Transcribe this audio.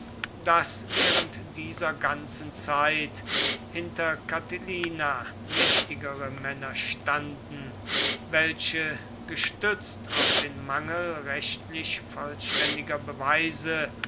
daß während dieser ganzen zeit hinter catilina mächtigere männer standen welche gestützt auf den mangel rechtlich vollständiger beweise